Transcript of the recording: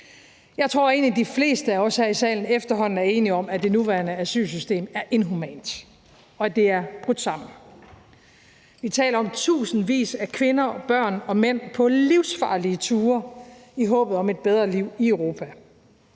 Jeg tror egentlig, de fleste af os her i salen efterhånden er enige om, at det nuværende asylsystem er inhumant, og at det er brudt sammen. Vi taler om tusindvis af kvinder og børn og mænd på livsfarlige ture i håbet om et bedre liv i Europa.